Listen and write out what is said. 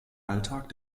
alltag